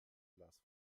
glas